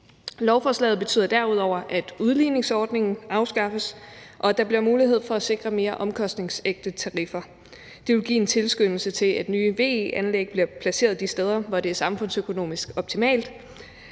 Lovforslaget betyder derudover, at udligningsordningen afskaffes, og at der bliver mulighed for at sikre mere omkostningsægte tariffer. Det vil give en tilskyndelse til, at nye VE-anlæg bliver placeret de steder, hvor det er samfundsøkonomisk optimalt